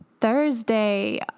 Thursday